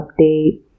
update